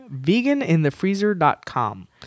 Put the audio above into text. veganinthefreezer.com